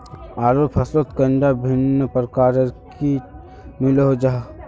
आलूर फसलोत कैडा भिन्न प्रकारेर किट मिलोहो जाहा?